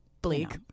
bleak